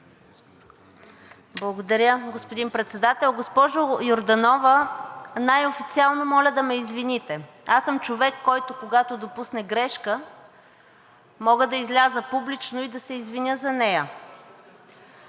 Благодаря, господин Председател. Госпожо Йорданова, най-официално моля да ме извините. Аз съм човек, който, когато допусне грешка, мога да изляза публично и да се извиня за нея.